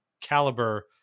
caliber